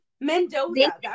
Mendoza